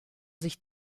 sich